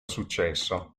successo